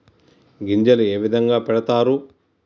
గింజలు ఏ విధంగా పెడతారు?